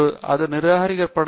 அது நிராகரிக்கப்பட வேண்டும்